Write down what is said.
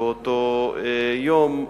באותו יום,